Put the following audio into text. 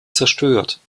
zerstört